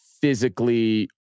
physically